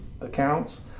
accounts